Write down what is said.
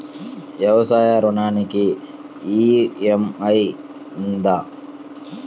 వ్యవసాయ ఋణానికి ఈ.ఎం.ఐ ఉందా?